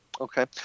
Okay